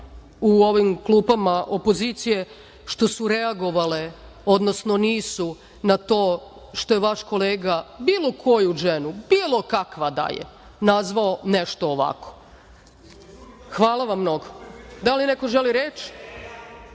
u ovim klupama opozicije što su reagovale, odnosno nisu na to što je vaš kolega bilo koju ženu, bilo kakva da je nazvao „nešto ovako“. Hvala vam mnogo. Da li neko želi reč?